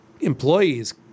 employees